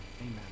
amen